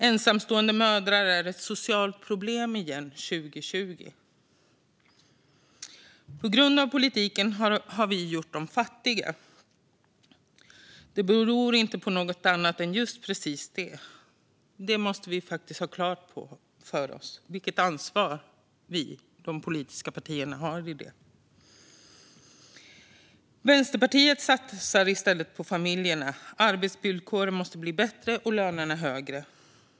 Ensamstående mödrar är ett socialt problem igen 2020, på grund av att politiken har gjort dem fattiga. Det beror inte på något annat än just precis det. Vi måste ha klart för oss vilket ansvar vi, de politiska partierna, har för det. Vänsterpartiet satsar i stället på familjerna. Arbetsvillkoren måste bli bättre och lönerna högre.